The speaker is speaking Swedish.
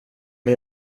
men